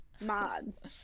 mods